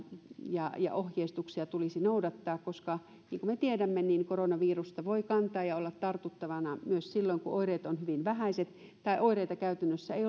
ja ja ohjeistuksia tulisi noudattaa koska niin kuin me tiedämme koronavirusta voi kantaa ja olla tartuttavana myös silloin kun oireet ovat hyvin vähäiset tai oireita käytännössä ei